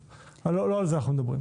לא על זה אנחנו מדברים.